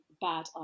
bad